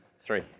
Three